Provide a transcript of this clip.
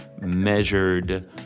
measured